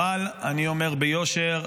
אבל אני אומר ביושר,